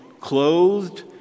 Clothed